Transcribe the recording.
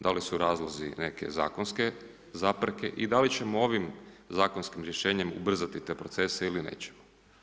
Da li su razlozi neke zakonske zapreke i da li ćemo ovim zakonskim rješenjem ubrzati te procese ili nećemo?